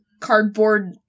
cardboard